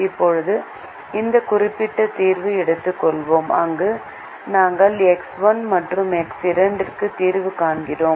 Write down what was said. இப்போது இந்த குறிப்பிட்ட தீர்வை எடுத்துக்கொள்வோம் அங்கு நாங்கள் எக்ஸ் 1 மற்றும் எக்ஸ் 2 க்கு தீர்வு காண்கிறோம்